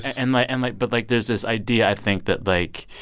and my and, like but, like, there's this idea, i think, that, like,